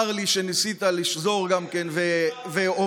צר לי שניסית לשזור והובלת,